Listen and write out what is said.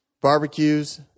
barbecues